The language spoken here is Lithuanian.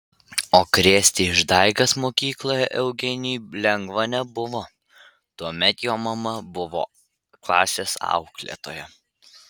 o krėsti išdaigas mokykloje eugenijui lengva nebuvo tuomet jo mama buvo klasės auklėtoja